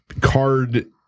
card